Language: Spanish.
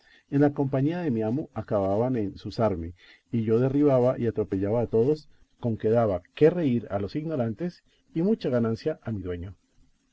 en la compañía de mi amo acababan en zuzarme y yo derribaba y atropellaba a todos con que daba que reír a los ignorantes y mucha ganancia a mi dueño